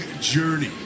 journey